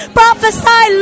prophesy